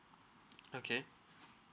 okay